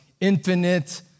infinite